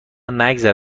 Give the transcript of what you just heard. نگذره